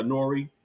Nori